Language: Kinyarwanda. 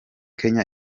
kenya